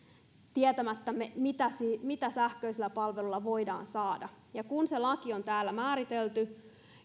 tietämättämme mitä sähköisillä palveluilla voidaan saada kun se laki on täällä määritelty